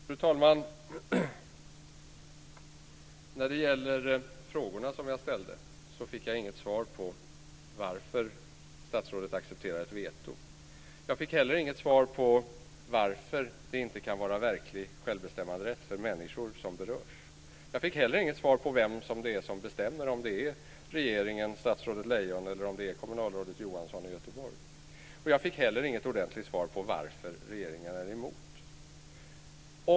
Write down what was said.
Fru talman! När det gäller frågorna som jag ställde fick jag inget svar på varför statsrådet accepterar ett veto. Jag fick heller inget svar på varför det inte kan vara verklig självbestämmanderätt för människor som berörs. Jag fick heller inget svar på vem det är som bestämmer: om det är regeringen, statsrådet Och jag fick heller inget ordentligt svar på varför regeringen är emot.